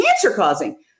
cancer-causing